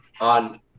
on